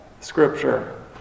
Scripture